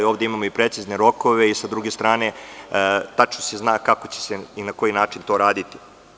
Ovde imamo i precizne rokove i, s druge strane, tačno se zna kako će se i na koji način to raditi.